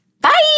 Bye